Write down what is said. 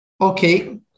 Okay